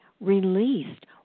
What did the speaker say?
released